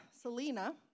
Selena